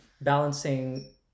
balancing